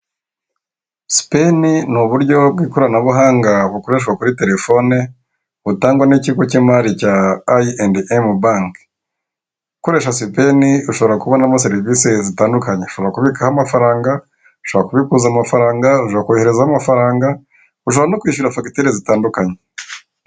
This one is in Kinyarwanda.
Sipeni ni uburyo bw'ikoranabuhanga bukoreshwa kuri telefone butangwa n'ikigo cy'imari cya Iyendemu banke, ukoresha Sipeni ushobora kubonamo serivisi zitandukanye ushobora kubikaho amafaranga, ushobora kubikuza amafaranga, ushobora koherezaho amafaranga, ushobora no kwishyura fagitire zitandukanye.